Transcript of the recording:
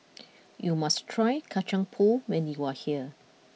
you must try Kacang Pool when you are here